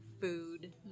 food